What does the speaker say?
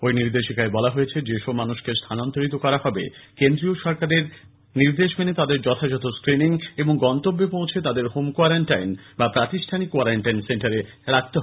ওই নির্দেশিকায় বলা হয়েছে যেসব মানুষকে স্থানান্তরিত করা হবে কেন্দ্রীয় সরকারের নির্দেশিকা মেনে তাদের যথাযথ ক্রিনিং এবং গন্তব্যে পৌছে তাদের হোম কোয়ারান্টাইন বা প্রাতিষ্ঠানিক কোয়ারান্টাইন সেন্টারে রাখতে হবে